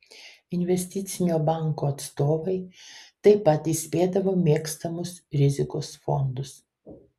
investicinio banko atstovai taip pat įspėdavo mėgstamus rizikos fondus